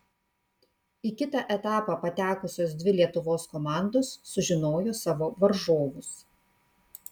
į kitą etapą patekusios dvi lietuvos komandos sužinojo savo varžovus